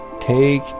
take